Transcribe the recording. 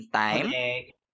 time